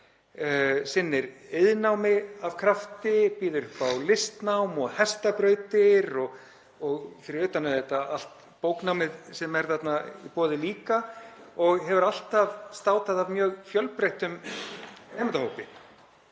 sinnir iðnnámi af krafti, býður upp á listnám og hestabrautir fyrir utan allt bóknámið sem er þarna í boði líka. Hann hefur alltaf státað af mjög fjölbreyttum nemendahópi,